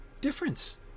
Difference